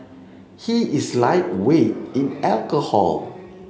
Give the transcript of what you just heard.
he is lightweight in alcohol